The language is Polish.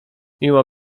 mimo